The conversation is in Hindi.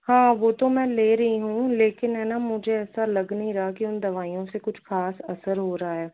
हाँ वो तो मैं ले रही हूँ लेकिन हैं ना मुझे ऐसा लग नहीं रहा कि उन दवाइयों से कुछ खास असर हो रहा है